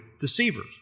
deceivers